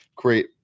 great